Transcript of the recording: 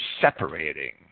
separating